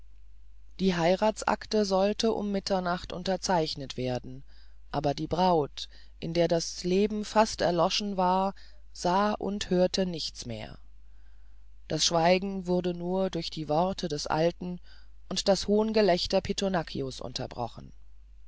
die heiratsacte sollte um mitternacht unterzeichnet werden aber die braut in der das leben fast erloschen war sah und hörte nichts mehr das schweigen wurde nur durch die worte des alten und durch das hohngelächter pittonaccio's unterbrochen